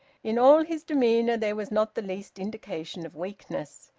in all his demeanour there was not the least indication of weakness.